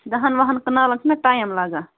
دَہَن وُہَن کنالَن چھُنہ ٹایم لگان